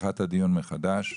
פתיחת הדיון מחדש?